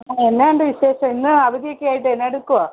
ആ എന്നാ ഉണ്ട് വിശേഷം ഇന്ന് അവധിയൊക്കെയായിട്ട് എന്നാ എടുക്കുകയാണ്